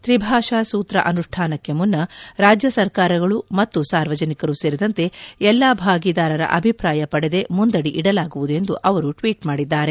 ತ್ರಿಭಾಷಾ ಸೂತ್ರ ಅನುಷ್ಠಾನಕ್ಕೆ ಮುನ್ನ ರಾಜ್ಯ ಸರ್ಕಾರಗಳು ಮತ್ತು ಸಾರ್ವಜನಿಕರು ಸೇರಿದಂತೆ ಎಲ್ಲಾ ಭಾಗಿದಾರರ ಅಭಿಪ್ರಾಯ ಪಡೆದೇ ಮುಂದಡಿ ಇಡಲಾಗುವುದು ಎಂದು ಅವರು ಟ್ವೀಟ್ ಮಾಡಿದ್ದಾರೆ